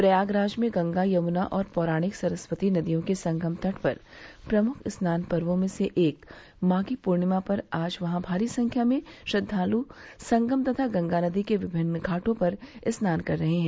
प्रयागराज में गंगा यमुना और पौराणिक सरस्वती नदियों के संगम तट पर प्रमुख स्नान पर्वो में से एक माधी पूर्णिमा पर आज वहां भारी संख्या में श्रद्धालू संगम तथा गंगा नंदी के विभिन्न घाटो पर स्नान कर रहे हैं